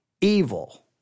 evil